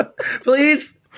Please